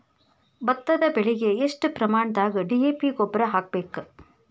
ಭತ್ತದ ಬೆಳಿಗೆ ಎಷ್ಟ ಪ್ರಮಾಣದಾಗ ಡಿ.ಎ.ಪಿ ಗೊಬ್ಬರ ಹಾಕ್ಬೇಕ?